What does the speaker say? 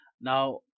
Now